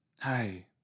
hi